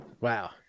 Wow